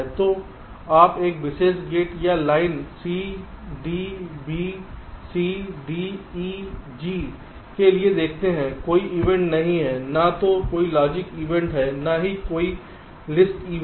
तो आप इस विशेष गेट या line C D B C D E G के लिए देखते हैं कोई इवेंट नहीं है न तो कोई लॉजिक इवेंट न ही कोई लिस्ट इवेंट